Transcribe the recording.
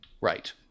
Right